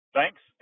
Thanks